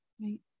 Right